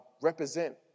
represent